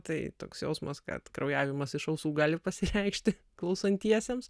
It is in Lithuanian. tai toks jausmas kad kraujavimas iš ausų gali pasireikšti klausantiesiems